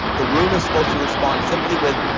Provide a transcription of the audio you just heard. the room is supposed to respond simply with,